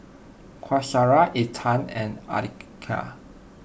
Qaisara Intan and Aqilah